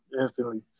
instantly